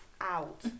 out